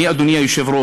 אני, אדוני היושב-ראש,